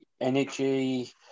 energy